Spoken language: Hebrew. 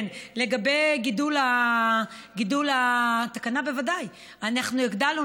כן, לגבי גידול התקנה, בוודאי, אנחנו הגדלנו.